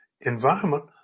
environment